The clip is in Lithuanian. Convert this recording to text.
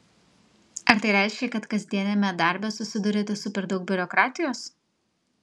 ar tai reiškia kad kasdieniame darbe susiduriate su per daug biurokratijos